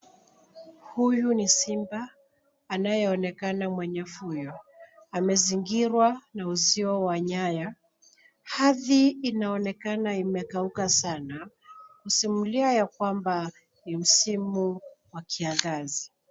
Huyu ni simba anayeonekana mwenye fujo. Amezingirwa na uzio wa nyaya. Ardhi inaonekana imekauka sana kusimulia ya kwamba ni msimu wa kiangazi.